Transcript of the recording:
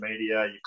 media